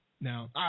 Now